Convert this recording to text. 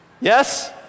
Yes